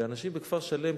ואנשים בכפר-שלם,